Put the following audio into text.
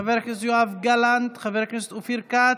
חבר הכנסת יואב גלנט, חבר הכנסת אופיר כץ.